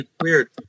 Weird